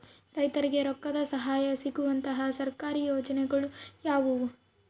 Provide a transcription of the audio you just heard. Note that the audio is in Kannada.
ರೈತರಿಗೆ ರೊಕ್ಕದ ಸಹಾಯ ಸಿಗುವಂತಹ ಸರ್ಕಾರಿ ಯೋಜನೆಗಳು ಯಾವುವು?